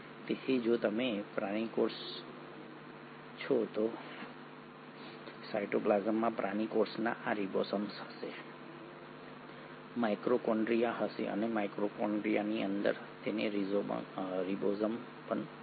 તેથી જો તમે પ્રાણી કોષ લો છો તો સાયટોપ્લાસમમાં પ્રાણી કોષમાં પણ રિબોસોમ્સ હશે માઇટોકોન્ડ્રિયા હશે અને મિટોકોન્ડ્રિયાની અંદર તેને રિબોઝોમ પણ હશે